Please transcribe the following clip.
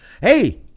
Hey